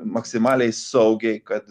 maksimaliai saugiai kad